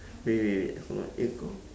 wait wait wait hold on eh go